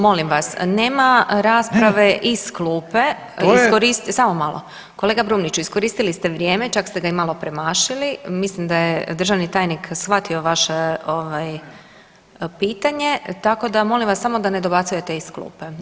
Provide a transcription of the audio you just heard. Molim vas nema rasprave iz klupe, samo malo, kolega Brumniću iskoristili ste vrijeme, čak ste ga malo i premašili mislim da je državni tajnik shvatio vaše pitanje tako da molim vas samo da ne dobacujete iz klupe.